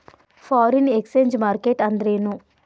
Foreign exchange market ಅಂದ್ರೇನು?